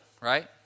right